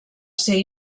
ser